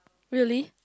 really